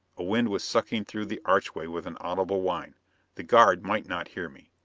a wind was sucking through the archway with an audible whine the guard might not hear me.